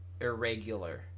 irregular